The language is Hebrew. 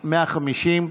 150),